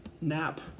nap